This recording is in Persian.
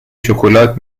شکلات